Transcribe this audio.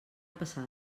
passada